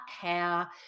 hair